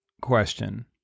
question